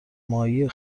ماهی